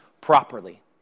properly